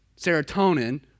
serotonin